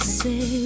say